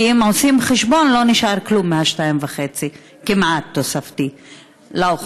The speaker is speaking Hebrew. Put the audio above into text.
כי אם עושים חשבון לא נשאר כלום מ-2.5 התוספתי לאוכלוסייה.